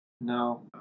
No